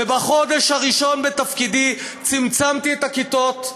ובחודש הראשון בתפקידי צמצמתי את הכיתות: